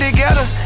Together